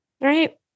right